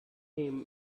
him